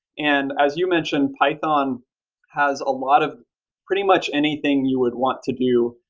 and as you mentioned, python has a lot of pretty much anything you would want to view.